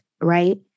right